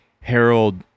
Harold